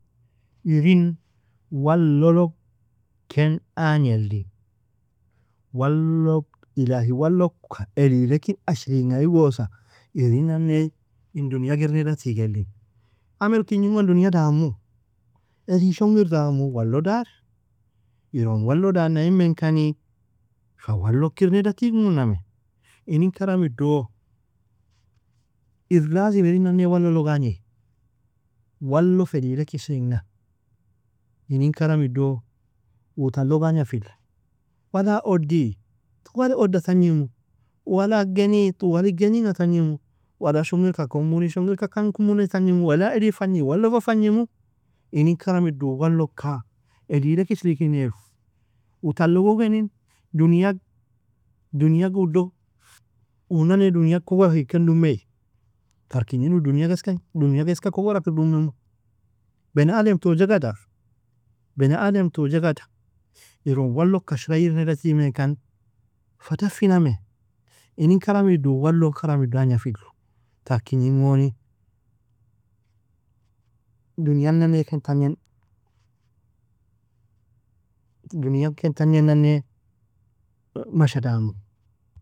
Irin walo log ken agni li, walok ilahi walokka eli lekin ashringa igosa, irin nane in duniag irgneda tigili, امل kignin gon dunia damu, eli shongir damu walo dari, iron walo danna imenkani fa walok irgnida tigmuname, inini karamido iri لازم irin nane walolog agnai, walo fa eli lekin ashrigna, inin karamido uu talog agnafijru, wala odi talig oda tagnimu, wala geni tuwalig geninga tagnimu, wala shungirka kumuni shungirka kankumuni tagnimu, wala eli fagni walo fa fagnimu, inin karamido uu walloka eli lekin ashirikir niaru u talogogeni duniag duniag udug unane duniag kugorakir ken dumai, tar kignin u duniag ask iska kugorakir domimo beneadamto jagada beneadamto jagada iron waloka ashria irgneda tigmenkan fa dafiname inin karamido uu wallon karamido agnafijru tar kignin goni dunian nane ken tagnin dunian ken tagnin nane masha damu.